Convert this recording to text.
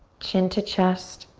chin to chest.